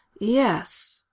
yes